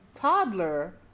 toddler